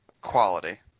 Quality